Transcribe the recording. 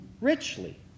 richly